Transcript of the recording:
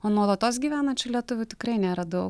o nuolatos gyvenančių lietuvių tikrai nėra daug